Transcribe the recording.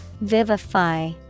Vivify